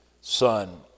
son